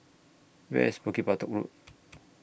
Where IS Bukit Batok Road